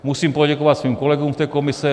Musím poděkovat svým kolegům z té komise.